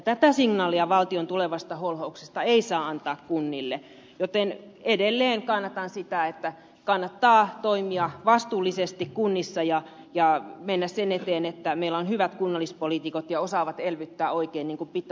tätä signaalia valtion tulevasta holhouksesta ei saa antaa kunnille joten edelleen kannatan sitä että kannattaa toimia vastuullisesti kunnissa ja mennä sen eteen että meillä on hyvät kunnallispoliitikot ja he osaavat elvyttää oikein niin kun pitää